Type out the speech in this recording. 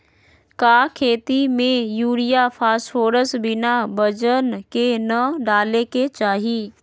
का खेती में यूरिया फास्फोरस बिना वजन के न डाले के चाहि?